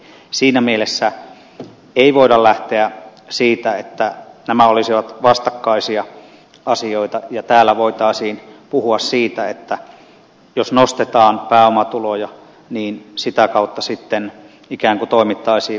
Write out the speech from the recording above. eli siinä mielessä ei voida lähteä siitä että nämä olisivat vastakkaisia asioita ja täällä voitaisiin puhua siitä että jos nostetaan pääomatuloja sitä kautta sitten ikään kuin toimittaisiin väärin